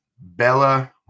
Bella